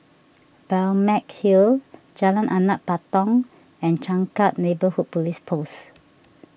Balmeg Hill Jalan Anak Patong and Changkat Neighbourhood Police Post